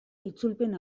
itzulpen